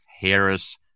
Harris